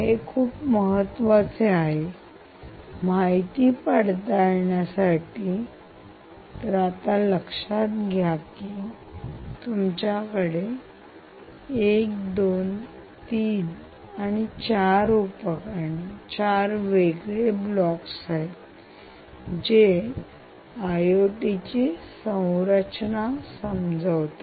हे खूप महत्त्वाचे आहे माहिती पडताळण्यासाठी तर आता लक्षात घ्या की तुमच्याकडे 1 2 3 आणि 4 उपकरणे 4 वेगळे ब्लॉग्स आहे जे आयओटीचि संरचना समजावतात